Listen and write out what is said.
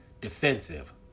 defensive